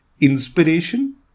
inspiration